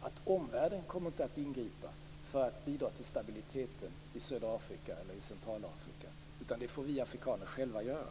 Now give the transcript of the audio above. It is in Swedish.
att omvärlden inte kommer att ingripa för att bidra till stabiliteten i södra Afrika eller i Centralafrika, utan det får vi afrikaner själva göra.